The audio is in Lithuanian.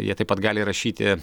jie taip pat gali rašyti